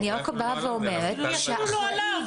היא אפילו לא עליו